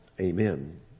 amen